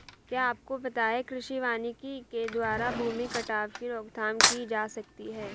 क्या आपको पता है कृषि वानिकी के द्वारा भूमि कटाव की रोकथाम की जा सकती है?